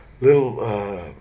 little